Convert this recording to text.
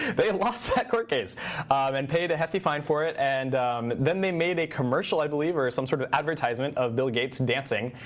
they lost that court case and paid a hefty fine for it. and then they made a commercial, i believe, or some sort of advertisement of bill gates and dancing